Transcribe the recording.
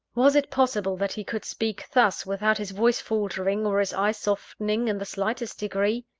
was it possible that he could speak thus, without his voice faltering, or his eye softening in the slightest degree?